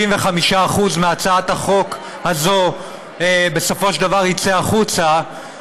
75% מהצעת החוק הזאת בסופו של דבר יצאו החוצה,